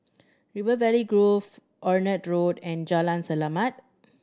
River Valley Grove Onraet Road and Jalan Selamat